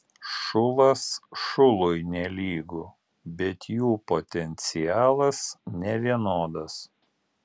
šulas šului nelygu bet jų potencialas nevienodas